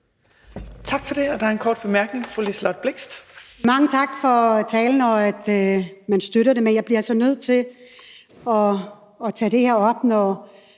Tak for det. Der er en kort bemærkning